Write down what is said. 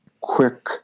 quick